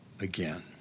again